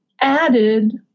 added